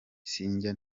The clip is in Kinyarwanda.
sinjya